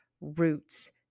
roots